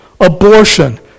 abortion